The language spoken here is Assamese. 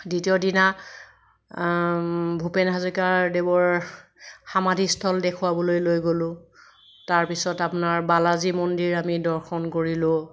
দ্বিতীয় দিনা ভূপেন হাজৰিকাৰ দেৱৰ সামাধিস্থল দেখুৱাবলৈ লৈ গ'লোঁ তাৰপিছত আপোনাৰ বালাজী মন্দিৰ আমি দৰ্শন কৰিলোঁ